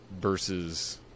versus